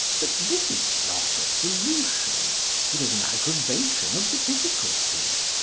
but this is not a solution it is an aggravation of the difficulty.